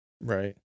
Right